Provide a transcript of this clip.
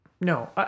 No